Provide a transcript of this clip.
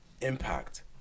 impact